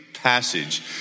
passage